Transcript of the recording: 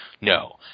no